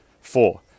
Four